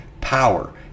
power